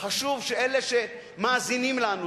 חשוב שאלה שמאזינים לנו,